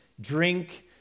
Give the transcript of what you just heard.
drink